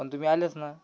पण तुम्ही आलेच नाही